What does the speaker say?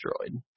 destroyed